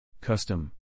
custom 。